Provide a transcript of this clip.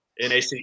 NAC